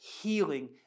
healing